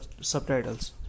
subtitles